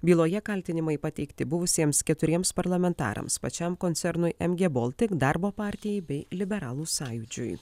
byloje kaltinimai pateikti buvusiems keturiems parlamentarams pačiam koncernui mg baltic darbo partijai bei liberalų sąjūdžiui